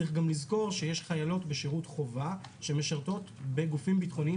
צריך לזכור שיש חיילות בשירות חובה שמשרתות בגופים ביטחוניים